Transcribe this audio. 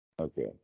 Okay